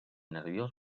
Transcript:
nerviós